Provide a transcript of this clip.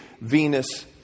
Venus